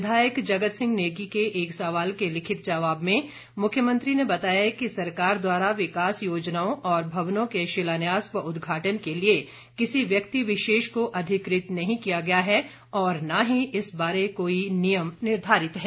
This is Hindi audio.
विधायक जगत सिंह नेगी के एक सवाल के लिखित जवाब में मुख्यमंत्री ने बताया कि सरकार द्वारा विकास योजनाओं और भवनों के शिलान्यास व उद्घाटन के लिए किसी व्यक्ति विशेष को अधिकृत नहीं किया गया है और न ही इस बारे कोई नियम निर्धारित है